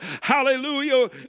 Hallelujah